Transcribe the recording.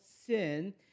sin